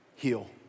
Heal